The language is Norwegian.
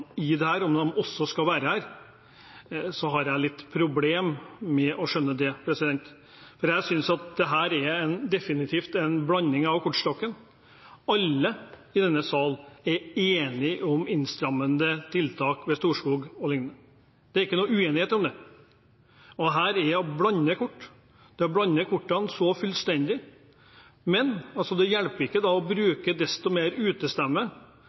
i dette – om de også skal være her – så har jeg litt problemer med å skjønne det. For jeg synes dette definitivt er å blande kortene. Alle i denne sal er enige om innstrammende tiltak ved Storskog og lignende, det et er ikke noen uenighet om det, så dette er å blande kortene fullstendig. Og det hjelper ikke da å bruke desto mer utestemme,